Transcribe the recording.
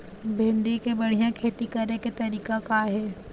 भिंडी के बढ़िया खेती करे के तरीका का हे?